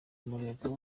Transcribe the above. umurego